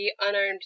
unarmed